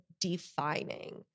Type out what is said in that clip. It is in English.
defining